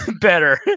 better